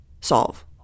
solve